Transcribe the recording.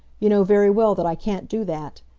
you know very well that i can't do that.